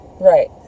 Right